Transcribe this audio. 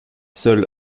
seul